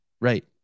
Right